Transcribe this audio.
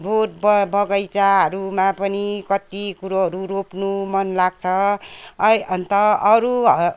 बोट बगैँचाहरूमा पनि कत्ति कुरोहरू रोप्नु मनलाग्छ अन्त अरू